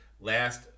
Last